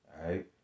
Right